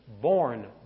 born